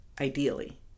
Ideally